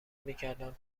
میکردم